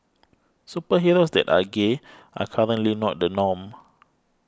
superheroes that are gay are currently not the norm